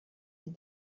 des